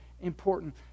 important